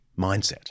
mindset